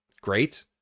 great